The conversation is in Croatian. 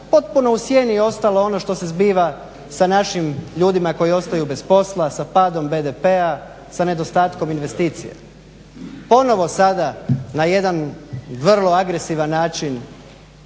potpuno u sjeni ostalo ono što se zbiva sa našim ljudima koji ostaju bez posla, sa padom BDP-a, sa nedostatkom investicija. Ponovno sada na jedan vrlo agresivan način